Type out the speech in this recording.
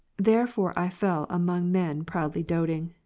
therefore i fell among men proudly doting,